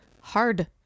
hard